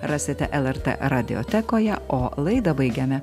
rasite lrt radiotekoje o laidą baigiame